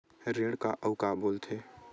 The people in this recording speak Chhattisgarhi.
ऋण का अउ का बोल थे?